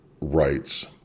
rights